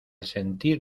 sentir